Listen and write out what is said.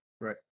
right